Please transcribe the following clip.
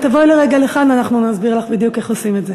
אם תבואי לרגע לכאן אנחנו נסביר לך בדיוק איך עושים את זה.